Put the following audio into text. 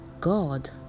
god